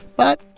but,